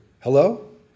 hello